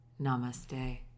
Namaste